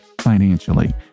financially